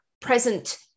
present